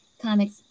comics